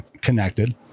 connected